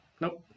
Nope